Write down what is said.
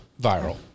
viral